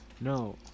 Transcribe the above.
No